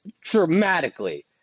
dramatically